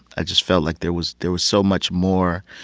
i just felt like there was there was so much more